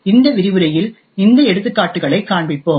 எனவே இந்த விரிவுரையில் இந்த எடுத்துக்காட்டுகளை காண்பிப்போம்